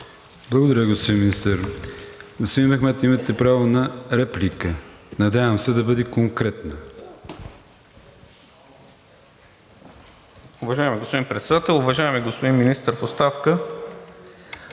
Благодаря, господин Министър. Господин Мехмед, имате право на реплика. Надявам се да бъде конкретна.